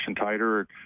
tighter